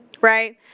Right